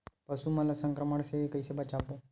पशु मन ला संक्रमण से कइसे बचाबो?